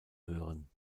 hören